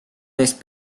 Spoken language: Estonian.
neist